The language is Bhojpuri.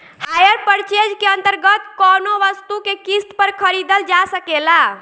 हायर पर्चेज के अंतर्गत कौनो वस्तु के किस्त पर खरीदल जा सकेला